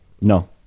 No